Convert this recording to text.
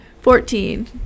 Fourteen